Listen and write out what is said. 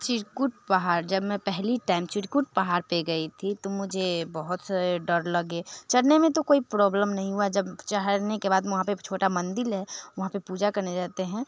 चिरकुट पहाड़ जब मैं पहली टाइम चिरकुट पहाड़ पर गई थी तो मुझे बहुत सा डर लगा चढ़ने में तो कोई प्रॉब्लम नहीं हुई जब चढ़ने के बाद वहाँ पर एक छोटा मंदिर है वहाँ पर पूजा करने जाते हैं